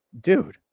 dude